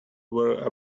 were